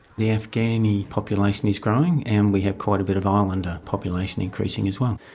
the afghani population is growing and we have quite a bit of islander population increasing as well.